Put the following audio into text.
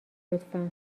لطفا